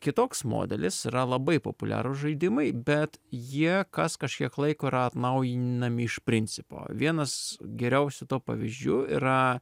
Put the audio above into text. kitoks modelis yra labai populiarūs žaidimai bet jie kas kažkiek laiko yra atnaujinami iš principo vienas geriausių to pavyzdžių yra